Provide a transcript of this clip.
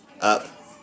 Up